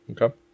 Okay